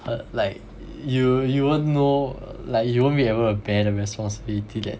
but like you you won't know like you won't be able to bear the responsibility that